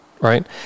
right